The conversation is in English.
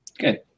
Good